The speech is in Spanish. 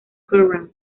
kerrang